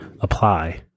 apply